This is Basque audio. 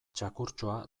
txakurtxoa